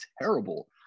terrible